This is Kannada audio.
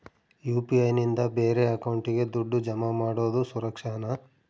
ಯು.ಪಿ.ಐ ನಿಂದ ಬೇರೆ ಅಕೌಂಟಿಗೆ ದುಡ್ಡು ಜಮಾ ಮಾಡೋದು ಸುರಕ್ಷಾನಾ?